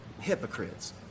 Hypocrites